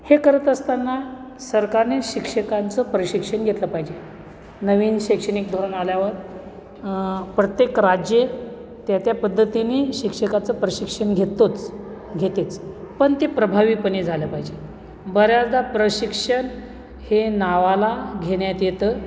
हे करत असतांना सरकारने शिक्षकांचं प्रशिक्षण घेतलं पाहिजे नवीन शैक्षणिक धोरण आल्यावर प्रत्येक राज्य त्या त्या पद्धतीने शिक्षकाचं प्रशिक्षण घेतोच घेतेच पण ते प्रभावीपणे झालं पाहिजे बऱ्याचदा प्रशिक्षण हे नावाला घेण्यात येतं